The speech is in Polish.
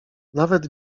nawet